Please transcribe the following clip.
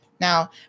now